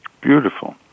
Beautiful